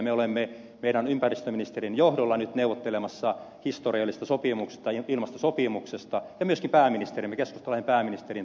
me olemme meidän ympäristöministerimme johdolla nyt neuvottelemassa historiallisesta sopimuksesta ilmastosopimuksesta ja myöskin pääministerimme keskustalaisen pääministerin toimesta